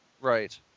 Right